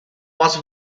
was